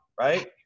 right